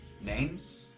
Names